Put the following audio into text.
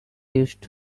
used